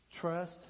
Trust